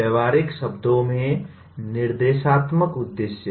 व्यवहारिक शब्दों में निर्देशात्मक उद्देश्य